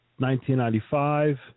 1995